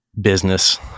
business